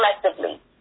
collectively